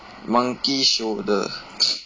monkey shoulder